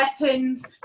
weapons